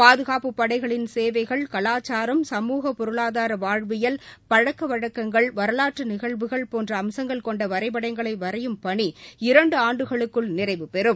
பாதுகாப்புப் படைகளின் சேவைகள் கலாச்சாரம் சமூக பொருளாதார வாழ்வியல் பழக்க வழக்கங்கள் வரலாற்று நிகழ்வுகள் போன்ற அம்சங்கள் கொண்ட வரைபடங்களை வரையும் பணி இரண்டு ஆண்டுகளுக்குள் நிறைவபெறும்